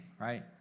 right